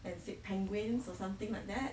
and said penguins or something like that